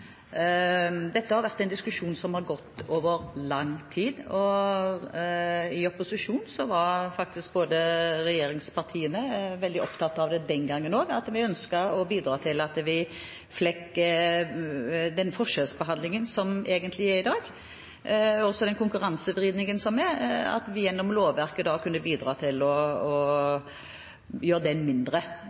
Dette er en diskusjon som har gått over lang tid. I opposisjon var regjeringspartiene veldig opptatt av og ønsket, den gangen også, å bidra til gjennom lovverket å gjøre den forskjellsbehandlingen som egentlig er i dag, og den konkurransevridningen som er, mindre. Det er grunnlaget for at man ønsker at forbrukerne skal ha større anledning til å